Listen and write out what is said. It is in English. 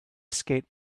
skate